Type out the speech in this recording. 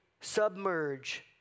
submerge